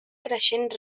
creixent